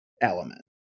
element